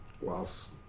whilst